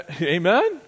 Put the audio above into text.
Amen